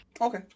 Okay